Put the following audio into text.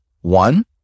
one